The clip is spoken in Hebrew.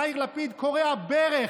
יאיר לפיד כורע ברך,